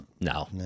No